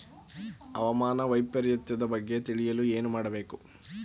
ಹವಾಮಾನ ವೈಪರಿತ್ಯದ ಬಗ್ಗೆ ತಿಳಿಯಲು ಏನು ಮಾಡಬೇಕು?